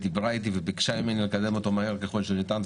והיא דיברה איתי וביקשה לקדם אותו מהר ככל שניתן,